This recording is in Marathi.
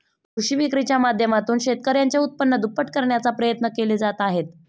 कृषी विक्रीच्या माध्यमातून शेतकऱ्यांचे उत्पन्न दुप्पट करण्याचा प्रयत्न केले जात आहेत